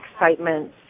excitement